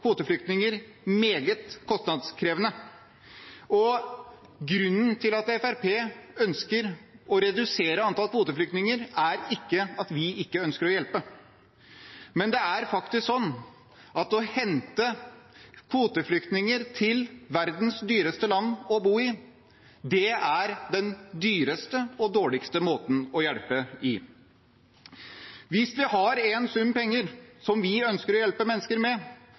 kvoteflyktninger meget kostnadskrevende. Grunnen til at Fremskrittspartiet ønsker å redusere antall kvoteflyktninger, er ikke at vi ikke ønsker å hjelpe, men det er faktisk sånn at å hente kvoteflyktninger til det som er verdens dyreste land å bo i, er den dyreste og dårligste måten å hjelpe på. Hvis vi har en sum penger som vi ønsker å hjelpe mennesker med,